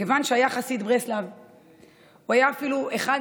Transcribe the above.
כיוון שהיה חסיד ברסלאו.